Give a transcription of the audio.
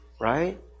right